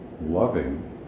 loving